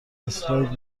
اسلاید